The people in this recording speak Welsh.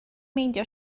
meindio